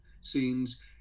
scenes